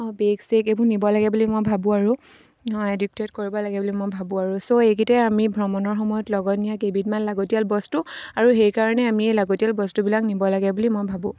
অঁ বেগ চেগ এইবোৰ নিব লাগে বুলি মই ভাবোঁ আৰু এডিক্টেড কৰিব লাগে বুলি মই ভাবোঁ আৰু ছ' এইকেইটাই আমি ভ্ৰমণৰ সময়ত লগত নিয়া কেইবিধমান লাগতিয়াল বস্তু আৰু সেইকাৰণে আমি এই লাগতিয়াল বস্তুবিলাক নিব লাগে বুলি মই ভাবোঁ